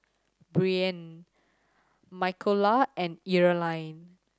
Brien Michaela and Earline